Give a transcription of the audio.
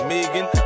Megan